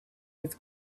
was